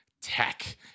tech